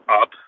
up